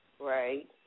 Right